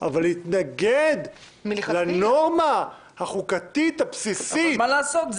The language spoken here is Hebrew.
אבל להתנגד לנורמה החוקתית הבסיסית --- אבל מה לעשות,